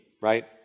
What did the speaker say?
right